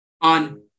on